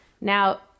Now